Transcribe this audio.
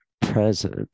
present